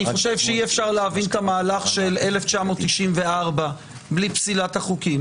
אני חושב שאי-אפשר להבין את המהלך של 1994 בלי פסילת חוקים,